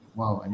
wow